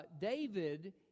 David